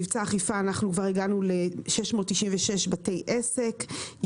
הודעות תשלום קנס.